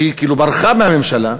שהיא כאילו ברחה מהממשלה.